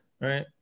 Right